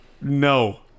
No